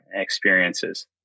experiences